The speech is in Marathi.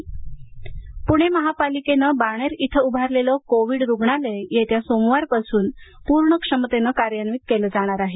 पुणे मनपा पुणे महापालिकेनं बाणेर इथं उभारलेलं कोविड रुग्णालय येत्या सोमवारपासून पूर्ण क्षमतेनं कार्यान्वित केले जाणार आहे